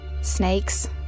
Snakes